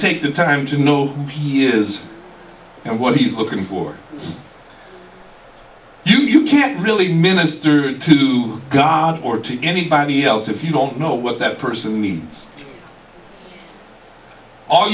take the time to know he is and what he's looking for you can't really minister to god or to anybody else if you don't know what that person means all